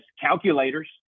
calculators